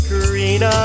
Karina